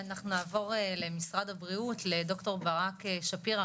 אנחנו נעבור למשרד הבריאות לד"ר ברק שפירא,